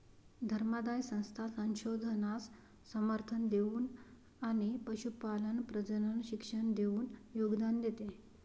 धर्मादाय संस्था संशोधनास समर्थन देऊन आणि पशुपालन प्रजनन शिक्षण देऊन योगदान देते